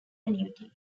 annuity